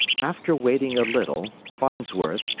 after waiting a little, farnsworth,